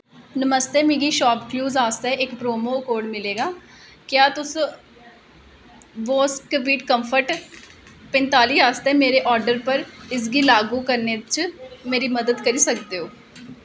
नमस्ते मिगी शापक्लूज आस्तै इक प्रोमो कोड मिलेआ क्या तुस बोस कवईटकंफर्ट पंजताली आस्तै मेरे आर्डर पर इसगी लागू करने च मेरी मदद करी सकदे ओ